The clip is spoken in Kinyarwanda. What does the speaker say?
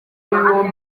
ibihumbi